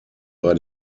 bei